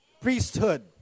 priesthood